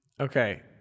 Okay